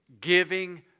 giving